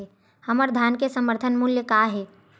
हमर धान के समर्थन मूल्य का हे?